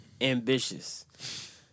Ambitious